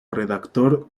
redactor